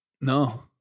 no